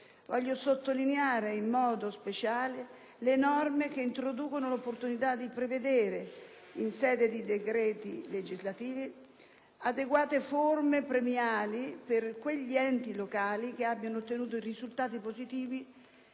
Voglio sottolineare in modo speciale le norme che introducono l'opportunità di prevedere - in sede di decreti legislativi -adeguate forme premiali per quegli enti locali che abbiano ottenuto risultati positivi